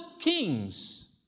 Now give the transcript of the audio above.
kings